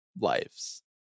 lives